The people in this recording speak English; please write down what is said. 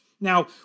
Now